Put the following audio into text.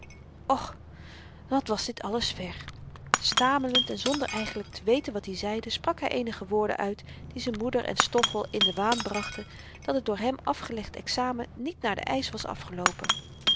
och wat was dit alles ver stamelend en zonder eigenlyk te weten wat i zeide sprak hy eenige woorden uit die z'n moeder en stoffel in den waan brachten dat het door hem afgelegd examen niet naar den eisch was afgeloopen